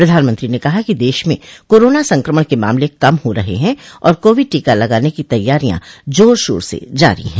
प्रधानमंत्री ने कहा कि देश में कोरोना संक्रमण के मामले कम हो रहे हैं और कोविड टीका लगाने की तैयारियां जार शोर से जारी है